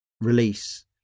release